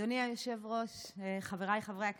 אדוני היושב-ראש, חבריי חברי הכנסת,